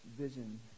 vision